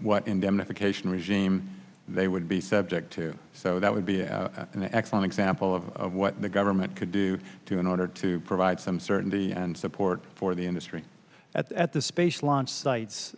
what indemnification regime they would be subject to so that would be an excellent example of what the government could do to in order to provide some certainty and support for the industry at the space launch sites